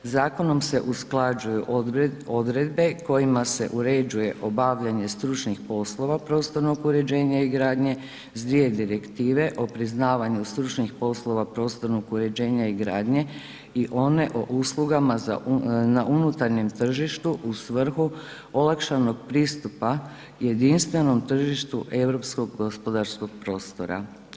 Zakonom se usklađuju odredbe kojima se uređuje obavljanje stručnih poslova prostornog uređenja i gradnje sa dvije direktive o priznavanju stručnih poslova prostornog uređenja i gradnje i one o uslugama na unutarnjem tržištu u svrhu olakšanog pristupa jedinstvenom tržištu europskog gospodarskog prostora.